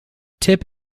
tip